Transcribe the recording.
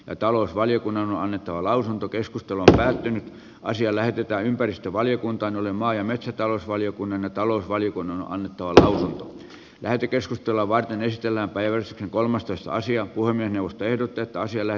ei talousvaliokunnalle annettava lausunto keskustelu päättynyt naisia lähetetään ympäristövaliokunta oli maa ja metsätalousvaliokunnan ja talousvaliokunnan onneton lähetekeskustelua varten yhtiöllä päiväys kolmas tasaisia kuin minusta ehdotetaan siellä